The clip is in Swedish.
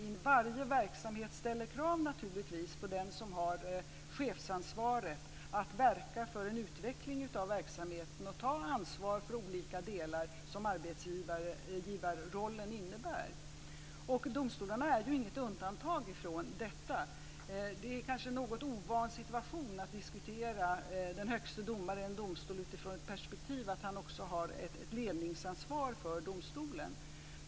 I varje verksamhet ställs krav på den som har chefsansvaret att verka för en utveckling av verksamheten och ta ansvar för de olika delar som arbetsgivarrollen innebär. Domstolarna är inget undantag från detta. Det är en något ovan situation att diskutera den högste domaren i en domstol utifrån ett perspektiv att han också har ett ledningsansvar för domstolen.